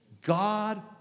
God